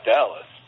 Dallas